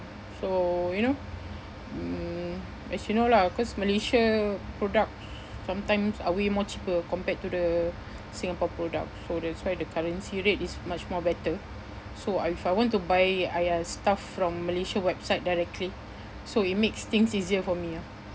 so you know mm as you know lah cause Malaysia product sometimes are way more cheaper compared to the Singapore product so that's why the currency rate is much more better so I if I want to buy !aiya! stuff from Malaysia website directly so it makes things easier for me ah